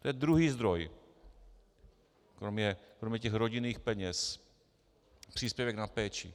To je druhý zdroj, kromě těch rodinných peněz příspěvek na péči.